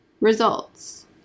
Results